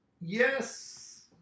yes